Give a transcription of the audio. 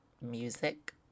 music